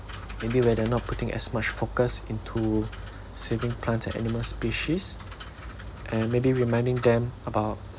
maybe where they're not putting as much focus into saving plant and animal species and maybe reminding them about